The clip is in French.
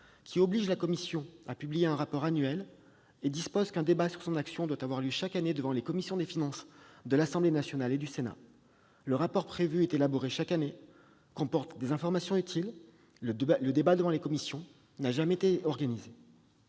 qui oblige la commission à publier un rapport annuel et dispose qu'un débat sur son action doit avoir lieu chaque année devant les commissions des finances de l'Assemblée nationale et du Sénat. Le rapport prévu est élaboré chaque année et comporte des informations utiles. Le débat devant les commissions n'a jamais été organisé